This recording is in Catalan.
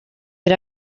per